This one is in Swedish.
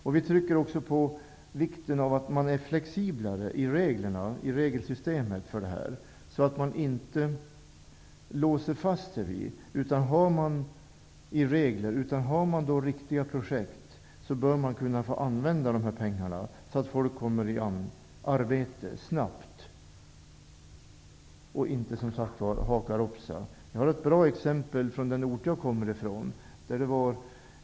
Man trycker också på vikten av att vara flexiblare i tillämpningen av regelsystemet, så att man inte låser fast sig i regler. Finns det riktiga projekt bör pengarna få användas, så att folk kommer i arbete snabbt. Det får inte haka upp sig. Jag har ett bra exempel från den ort jag kommer ifrån.